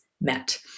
met